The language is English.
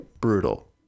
brutal